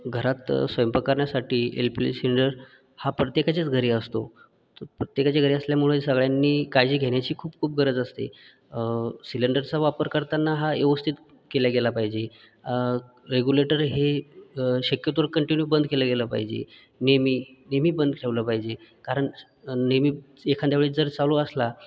घरात स्वयंपाक करण्यासाठी एल पी जी सिलेंडर हा प्रत्येकाच्याच घरी असतो तो प्रत्येकाच्या घरी असल्यामुळे सगळ्यांनी काळजी घेण्याची खूप खूप गरज असते सिलेंडरचा वापर करताना हा व्यवस्थित केला गेला पाहिजे रेग्युलेटर हे शक्यतो कंटिन्यू बंद केला गेला पाहिजे नेहमी नेहमी बंद ठेवला पाहिजे कारण नेहमी एखाद्यावेळी जर चालू असला